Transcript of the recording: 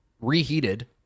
reheated